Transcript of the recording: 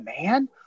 Man